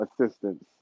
assistance